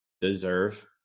deserve